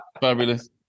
Fabulous